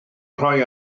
rhoi